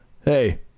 Hey